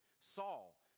Saul